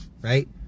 right